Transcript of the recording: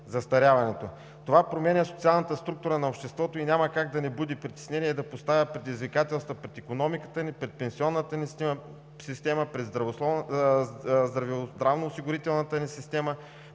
застаряването. Това променя социалната структура на обществото и няма как да не буди притеснение и да поставя предизвикателства пред икономиката ни, пред пенсионната ни система, пред здравноосигурителната система,